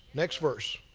next verse.